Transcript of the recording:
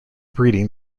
breeding